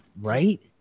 Right